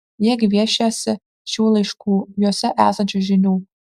jie gviešiasi šių laiškų juose esančių žinių